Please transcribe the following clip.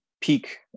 peak